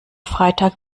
freitag